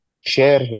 share